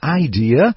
idea